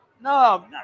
no